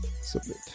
submit